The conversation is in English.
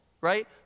right